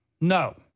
No